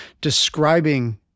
describing